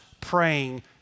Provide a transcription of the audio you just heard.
praying